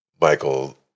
Michael